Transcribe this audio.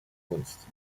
kunst